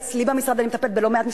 אצלי במשרד אני מטפלת בלא-מעט משפחות,